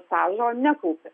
stažo nekaupi